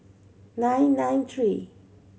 nine nine three